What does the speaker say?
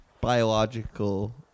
biological